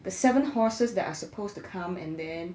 the seven horses that are supposed to come and then